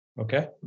okay